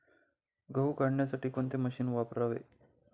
गहू काढण्यासाठी कोणते मशीन वापरावे?